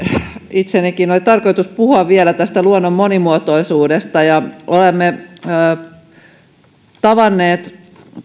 itsenikin oli tarkoitus puhua vielä tästä luonnon monimuotoisuudesta olemme tavanneet